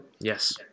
Yes